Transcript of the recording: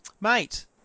mate